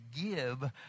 give